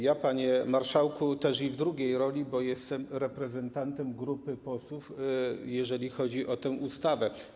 Ja, panie marszałku, też w drugiej roli, bo jestem reprezentantem grupy posłów, jeżeli chodzi o tę ustawę.